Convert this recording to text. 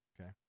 Okay